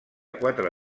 quatre